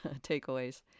takeaways